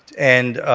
and